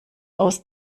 aus